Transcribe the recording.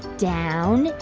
down,